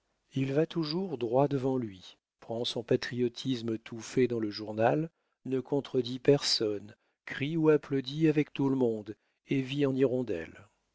il va toujours droit devant lui prend son patriotisme tout fait dans le journal ne contredit personne crie ou applaudit avec tout le monde et vit en hirondelle